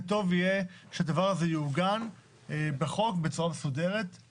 וטוב יהיה שהדבר הזה יהיה מעוגן בחוק בצורה מסודרת.